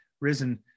risen